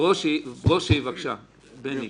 השר בנט.